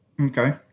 Okay